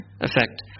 effect